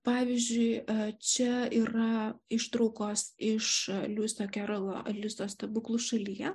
pavyzdžiui čia yra ištraukos iš luiso kerolio alisos stebuklų šalyje